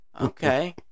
Okay